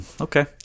Okay